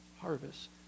harvest